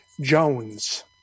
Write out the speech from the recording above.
Jones